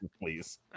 please